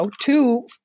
two